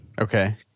Okay